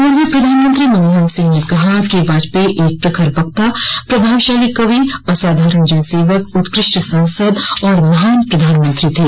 पूर्व प्रधानमंत्री मनमोहन सिंह ने कहा कि वाजपेयी एक प्रखर वक्ता प्रभावशाली कवि असाधारण जनसेवक उत्कृष्ट सांसद और महान प्रधानमंत्री थे